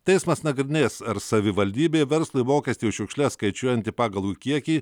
teismas nagrinės ar savivaldybė verslui mokestį už šiukšles skaičiuojant jį pagal jų kiekį